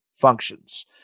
functions